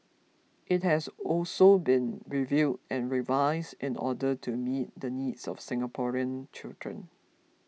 it has also been reviewed and revised in the order to meet the needs of Singaporean children